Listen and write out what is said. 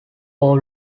all